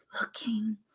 looking